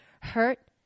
hurt